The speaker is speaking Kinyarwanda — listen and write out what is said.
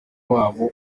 wabo